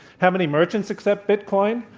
how many merchants accept bitcoin?